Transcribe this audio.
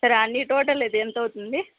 సరే అన్నీ టోటల్ అయితే ఎంత అవుతుంది